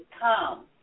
come